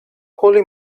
holy